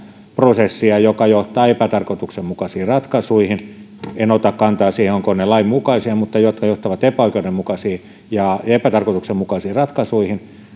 prosessia mikä johtaa epätarkoituksenmukaisiin ratkaisuihin en ota kantaa siihen ovatko ne lainmukaisia mutta se johtaa epäoikeudenmukaisiin ja epätarkoituksenmukaisiin ratkaisuihin